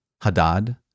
Hadad